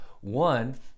one